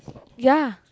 ya